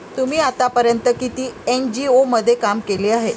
तुम्ही आतापर्यंत किती एन.जी.ओ मध्ये काम केले आहे?